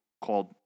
called